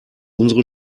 unsere